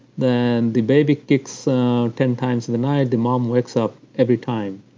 then the baby kicks ten times in the night, the mom wakes up every time.